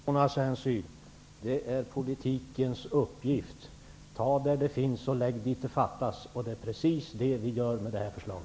Herr talman! Det är politikens uppgift, Mona Saint Cyr, att ta där det finns och lägga där det fattas. Det är precis så vi gör genom detta förslag.